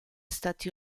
stati